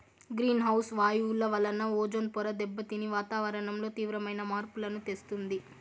green house వాయువుల వలన ozone పొర దెబ్బతిని వాతావరణంలో తీవ్రమైన మార్పులను తెస్తుంది